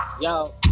yo